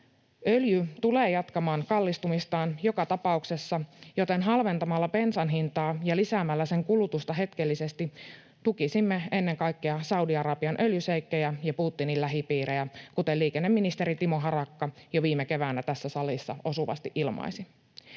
Öljy tulee jatkamaan kallistumistaan joka tapauksessa, joten halventamalla bensan hintaa ja lisäämällä sen kulutusta hetkellisesti tukisimme ennen kaikkea Saudi-Arabian öljyšeikkejä ja Putinin lähipiirejä, kuten liikenneministeri Timo Harakka jo viime keväänä tässä salissa osuvasti ilmaisi.